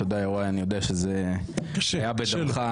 תודה, יוראי, אני יודע שזה היה בדמך.